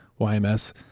YMS